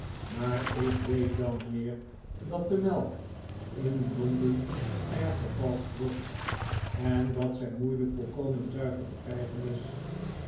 maar ik weet wel mijnheer dat de melk in londen erg vervalscht wordt en dat zij moeilijk volkomen zuiver te krijgen is